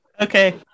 Okay